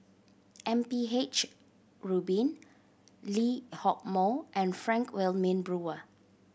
M P H Rubin Lee Hock Moh and Frank Wilmin Brewer